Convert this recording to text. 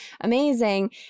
amazing